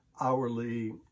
hourly